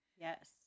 Yes